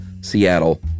Seattle